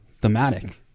thematic